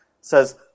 says